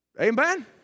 Amen